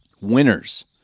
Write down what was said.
Winners